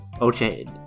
Okay